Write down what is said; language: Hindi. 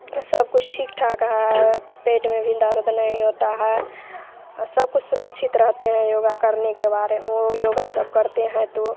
और सब कुछ ठीक ठाक है पेट में भी दर्द नहीं होता है और सब कुछ सुरक्षित रहते हैं योगा करने के बारे में वो योगा जब करते हैं तो